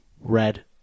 Red